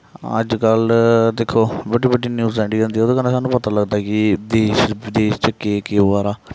अज्जकल दिक्खो बड्डी बड्डी न्यूजां जेह्ड़ियां आंदी ओह्दे कन्नै सानूं पता लगदा कि देश विदेश च केह् केह् होआ दा